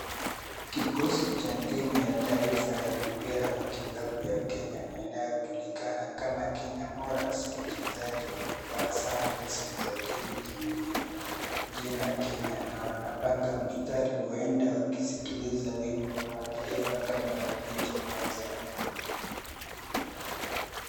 Kikosi cha timu ya taifa ya mpira wa kikapu ya Kenya inayojulikana kama Kenya Morans . Wachezaji wamevaa sare rasmi za timu zenye jina Kenya na wanapanga mstari huenda wakisikiliza wimbo wa taifa kabla ya mechi kuanza.